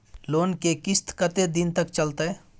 Loan के किस्त कत्ते दिन तक चलते?